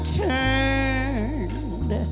turned